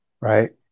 right